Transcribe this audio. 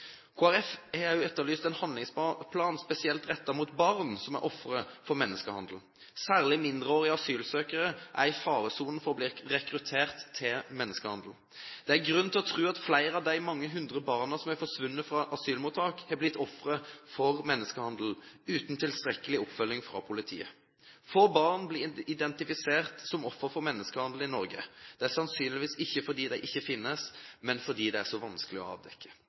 etterlyst en handlingsplan spesielt rettet mot barn som er ofre for menneskehandel. Særlig mindreårige asylsøkere er i faresonen for å bli rekruttert til menneskehandel. Det er grunn til å tro at flere av de mange hundre barna som er forsvunnet fra asylmottak, har blitt ofre for menneskehandel, uten tilstrekkelig oppfølging fra politiet. Få barn blir identifisert som offer for menneskehandel i Norge. Det er sannsynligvis ikke fordi de ikke finnes, men fordi det er så vanskelig å avdekke.